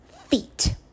feet